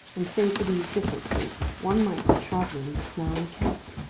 and, save for these differences, one might be travelling just now in kent.